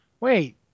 wait